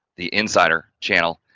the insider channel,